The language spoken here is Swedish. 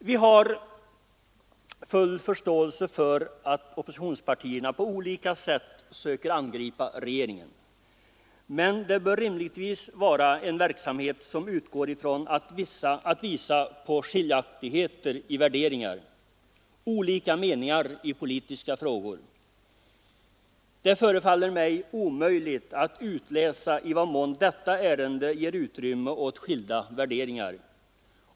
Vi har full förståelse för att oppositionspartierna på olika sätt söker angripa regeringen. Men det bör rimligtvis vara en verksamhet som utgår från att visa på skiljaktigheter i värderingar — olika meningar i politiska frågor. Det förefaller mig omöjligt att utläsa i vad mån detta ärende ger utrymme för skilda värderingar.